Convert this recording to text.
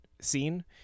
scene